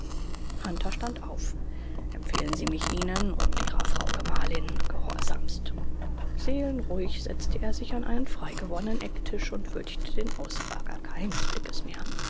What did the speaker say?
hunter stand auf empfehle mich ihnen und ihrer frau gemahlin gehorsamst seelenruhig setzte er sich an einen frei gewordenen ecktisch und würdigte den ausfrager keines blickes mehr